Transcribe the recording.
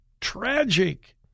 tragic